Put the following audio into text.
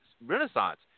renaissance